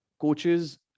coaches